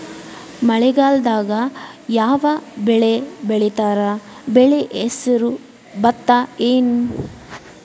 ಮಳೆಗಾಲದಾಗ್ ಯಾವ್ ಬೆಳಿ ಬೆಳಿತಾರ, ಬೆಳಿ ಹೆಸರು ಭತ್ತ ಏನ್?